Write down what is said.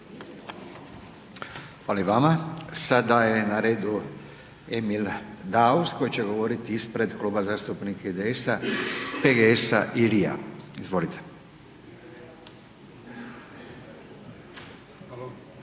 Sada je na redu Emil Daus, koji će govoriti ispred kluba zastupnika IDS-PGS-RI-a, izvolite. **Daus,